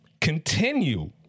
continue